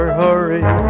hurry